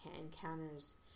encounters